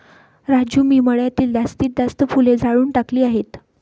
राजू मी मळ्यातील जास्तीत जास्त फुले जाळून टाकली आहेत